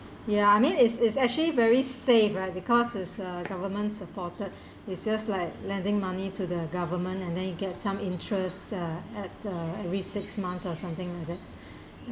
ya I mean is is actually very safe uh because it's uh government supported it's just like lending money to the government and then you get some interest uh at uh every six months or something like that